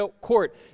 court